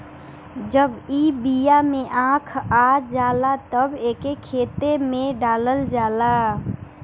जब ई बिया में आँख आ जाला तब एके खेते में डालल जाला